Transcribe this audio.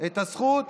את הזכות